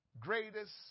greatest